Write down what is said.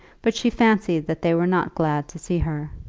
but she fancied that they were not glad to see her.